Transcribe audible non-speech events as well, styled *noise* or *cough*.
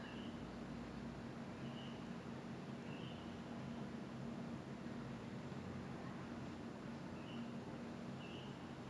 err ya so like the first time I started making music was when I was eighteen I think eh no lah actually *noise* not even eighteen lah seventeen lah